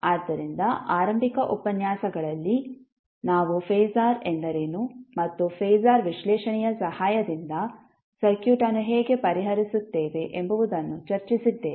ಆದ್ದರಿಂದ ಆರಂಭಿಕ ಉಪನ್ಯಾಸಗಳಲ್ಲಿ ನಾವು ಫಾಸರ್ ಎಂದರೇನು ಮತ್ತು ಫಾಸರ್ ವಿಶ್ಲೇಷಣೆಯ ಸಹಾಯದಿಂದ ಸರ್ಕ್ಯೂಟ್ ಅನ್ನು ಹೇಗೆ ಪರಿಹರಿಸುತ್ತೇವೆ ಎಂಬುವುದನ್ನು ಚರ್ಚಿಸಿದ್ದೇವೆ